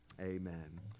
Amen